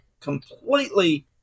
completely